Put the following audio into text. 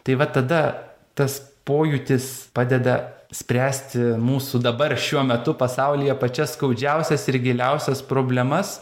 tai va tada tas pojūtis padeda spręsti mūsų dabar šiuo metu pasaulyje pačias skaudžiausias ir giliausias problemas